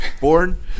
born